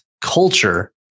culture